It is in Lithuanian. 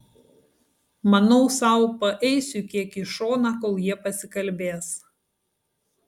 manau sau paeisiu kiek į šoną kol jie pasikalbės